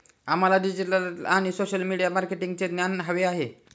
आम्हाला डिजिटल आणि social media मार्केटिंगचे ज्ञान हवे आहे